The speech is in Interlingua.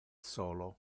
solo